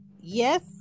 Yes